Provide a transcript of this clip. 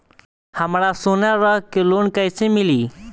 हमरा सोना रख के लोन कईसे मिली?